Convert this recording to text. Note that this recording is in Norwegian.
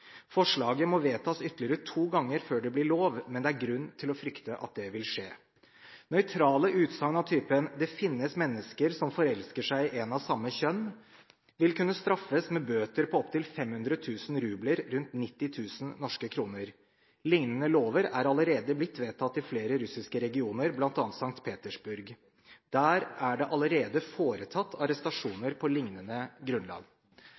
Forslaget må vedtas ytterligere to ganger før det blir lov, men det er grunn til å frykte at det vil skje. Nøytrale utsagn av typen «det finnes mennesker som forelsker seg i en av samme kjønn» vil kunne straffes med bøter på opptil 500 000 rubler, rundt 90 000 norske kroner. Lignende lover er allerede blitt vedtatt i flere russiske regioner, bl.a. St. Petersburg. Der er det allerede foretatt arrestasjoner på lignende grunnlag.